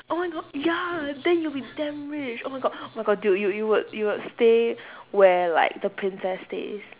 oh my god ya then you would be damn rich oh my god oh my god dude you you would you would stay where like the princess stays